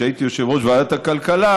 כשהייתי יושב-ראש ועדת הכלכלה,